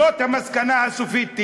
זאת תהיה המסקנה הסופית.